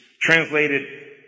translated